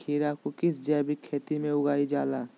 खीरा को किस जैविक खेती में उगाई जाला?